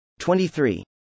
23